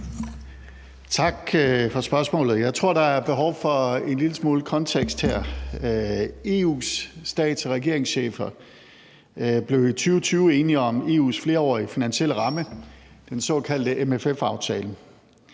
Tak for spørgsmålet. Jeg tror, der er behov for en lille smule kontekst her. EU's stats- og regeringschefer blev i 2020 enige om EU's flerårige finansielle ramme, den såkaldte MFF-aftale.